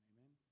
Amen